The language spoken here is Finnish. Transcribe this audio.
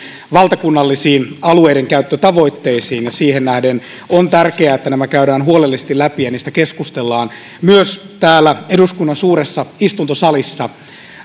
valtakunnallisiin alueidenkäyttötavoitteisiin siihen nähden on tärkeää että nämä käydään huolellisesti läpi ja näistä keskustellaan myös täällä eduskunnan suuressa istuntosalissa